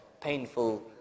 painful